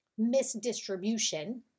misdistribution